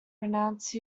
pronounce